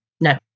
No